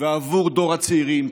עבור דור הצעירים,